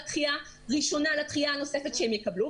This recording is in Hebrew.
דחייה ראשונה לדחייה הנוספת שהם יקבלו.